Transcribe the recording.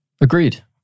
Agreed